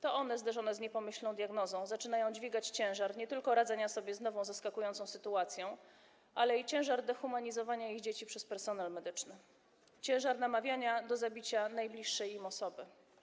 To one, zderzone z niepomyślną diagnozą, zaczynają dźwigać nie tylko ciężar radzenia sobie z nową, zaskakującą sytuacją, ale i ciężar dehumanizowania ich dzieci przez personel medyczny, ciężar namawiania do zabicia najbliższej im osoby.